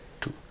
two